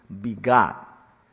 begot